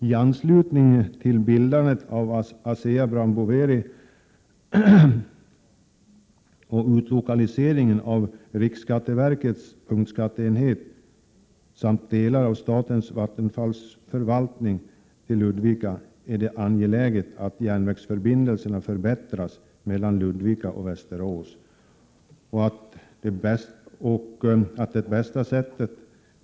I anslutning till bildandet av Asea Brown Boveri och utlokaliseringen av riksskatteverkets punktskatteenhet samt delar av statens vattenfallsverks förvaltning är det angeläget att järnvägsförbindelserna mellan Ludvika och Västerås förbättras.